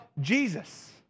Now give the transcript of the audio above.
Jesus